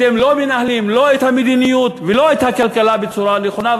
אתם לא מנהלים לא את המדיניות ולא את הכלכלה בצורה נכונה,